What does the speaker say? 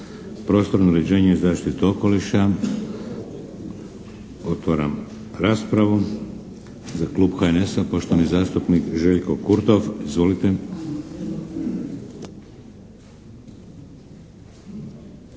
prostorno uređenje i zaštitu okoliša? Otvaram raspravu. Za Klub HNS-a poštovani zastupnik Željko Kurtov. Izvolite!